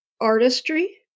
artistry